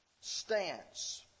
stance